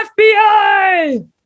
FBI